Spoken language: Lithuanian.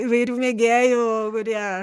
įvairių mėgėjų kurie